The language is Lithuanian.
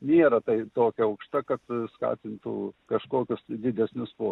nėra tai tokia aukšta kad skatintų kažkokius tai didesnius po